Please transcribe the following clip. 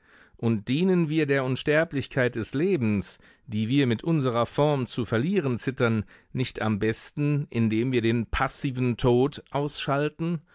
und dienen wir der unsterblichkeit des lebens die wir mit unserer form zu verlieren zittern nicht am besten indem wir den passiven tod ausschalten